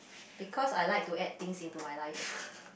because I like to add things into my life